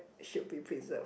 should be preserved